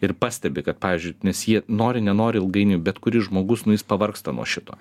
ir pastebi kad pavyzdžiui nes jie nori nenori ilgainiui bet kuris žmogus nu jis pavargsta nuo šito